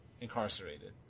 incarcerated